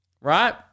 right